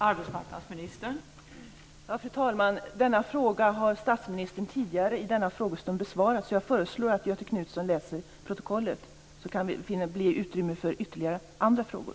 Fru talman! Den frågan har statsministern besvarat tidigare i denna frågestund. Jag föreslår att Göthe Knutson läser protokollet, så kan det bli utrymme för andra frågor.